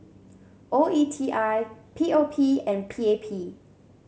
O E T I P O P and P A P